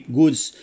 goods